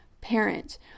parent